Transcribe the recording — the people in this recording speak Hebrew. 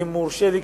ואם יורשה לי,